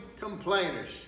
complainers